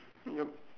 yup